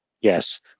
Yes